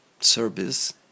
service